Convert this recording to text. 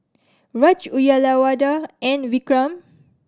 Raj Uyyalawada and Vikram